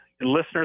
listeners